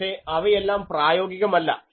പക്ഷേ അവയെല്ലാം പ്രായോഗികമല്ല